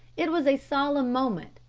it was a solemn moment.